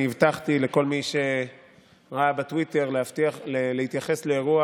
אני הבטחתי לכל מי שראה בטוויטר להתייחס לאירוע